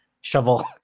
shovel